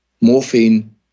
morphine